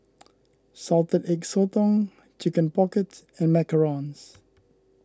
Salted Egg Sotong Chicken Pocket and Macarons